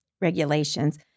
regulations